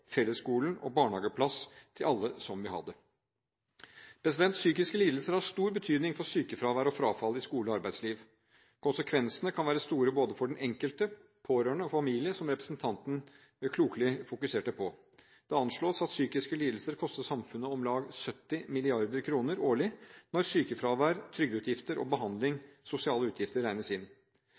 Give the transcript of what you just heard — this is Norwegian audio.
fellesskolen og barnehageplass til alle som vil ha det. Psykiske lidelser har stor betydning for sykefravær og frafall i skole og arbeidsliv. Konsekvensene kan være store både for den enkelte og for pårørende og familie, som representanten klokelig fokuserte på. Det anslås at psykiske lidelser koster samfunnet om lag 70 mrd. kr årlig når sykefravær, trygdeutgifter, behandling og sosiale utgifter regnes inn.